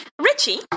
Richie